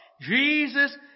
Jesus